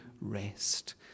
rest